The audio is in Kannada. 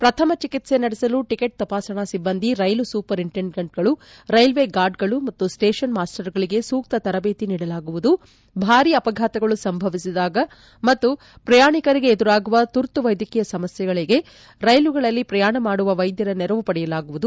ಪ್ರಥಮ ಚಿಕಿತ್ಸೆ ನಡೆಸಲು ಟಿಕೆಟ್ ತಪಾಸಣಾ ಸಿಬ್ಬಂದಿ ರೈಲು ಸೂಪರಿಂಟೆಂಡೆಂಟ್ಗಳು ರೈಲ್ವೆ ಗಾರ್ಡ್ಗಳು ಮತ್ತು ಸ್ವೇಷನ್ ಮಾಸ್ವರ್ಗಳಿಗೆ ಸೂಕ್ತ ತರಬೇತಿ ನೀಡಲಾಗುವುದ ಭಾರೀ ಅಪಘಾತಗಳು ಸಂಭವಿಸಿದಾಗ ಮತ್ತು ಪ್ರಯಾಣಿಕರಿಗೆ ಎದುರಾಗುವ ತುರ್ತು ವೈದ್ಯಕೀಯ ಸಮಸ್ಯೆಗಳಿಗೆ ರೈಲುಗಳಲ್ಲಿ ಪ್ರಯಾಣ ಮಾಡುವ ವೈದ್ಯರ ನೆರವು ಪಡೆಯಲಾಗುವುದು